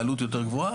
בעלות יותר גבוהה,